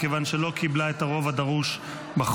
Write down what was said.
מכיוון שלא קיבלה את הרוב הדרוש מחוק.